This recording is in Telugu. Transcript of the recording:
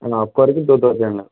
నా ఒకరికి టూ థౌసండ్